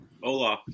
hola